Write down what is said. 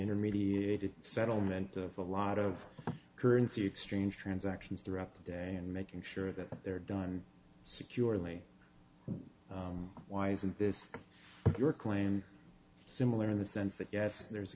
intermediate settlement of a lot of currency exchange transactions throughout the day and making sure that they're done securely why isn't this your claim similar in the sense that yes there's a